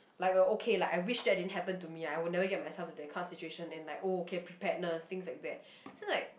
like a okay lah I wish that didn't happen to me I would never get into that kind of situation and like okay preparedness things like that so like